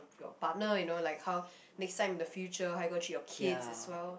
partner you know like how next time in the future how you gonna treat your kids as well